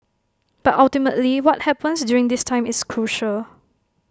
but ultimately what happens during this time is crucial